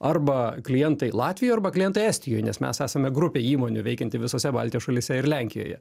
arba klientai latvijoj arba klientai estijoj nes mes esame grupė įmonių veikianti visose baltijos šalyse ir lenkijoje